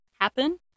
happen